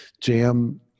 jam